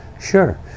Sure